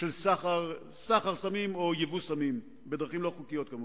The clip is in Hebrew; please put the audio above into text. של סמים או ייבוא סמים בדרכים לא חוקיות, כמובן.